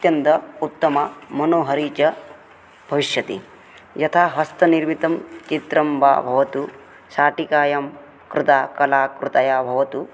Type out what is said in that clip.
अत्यन्त उत्तममनोहरी च भविष्यति यथा हस्तनिर्मितं चित्रं वा भवतु शाटिकायां कृता कलाकृतयः भवतु